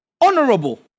Honorable